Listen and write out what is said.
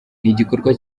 igikorwa